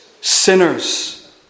sinners